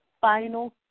final